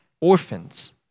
orphans